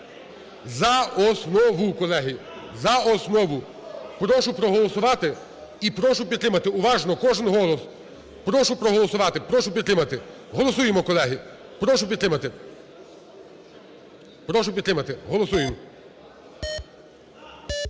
за основу. Колеги, за основу. Прошу проголосувати і прошу підтримати. Уважно, кожен голос. Прошу проголосувати, прошу підтримати. Голосуємо, колеги! Прошу підтримати. Голосуємо!